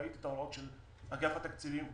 ראיתי את ההוראות של אגף התקציבים.